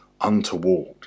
untoward